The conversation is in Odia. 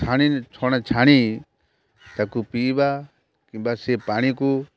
ଛାଣି ଛାଣି ତାକୁ ପିଇବା କିମ୍ବା ସେ ପାଣିକୁ